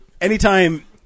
anytime